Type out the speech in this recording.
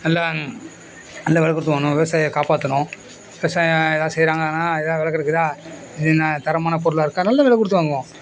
நல்லா நல்ல விலை கொடுத்து வாங்கணும் விவசாயிய காப்பாற்றணும் விவசாயிங்க எதாவது செய்கிறாங்கனா எதாவது விலை கொடுக்குதா இது என்ன தரமான பொருளாக இருக்கா நல்ல விலை கொடுத்து வாங்குவோம்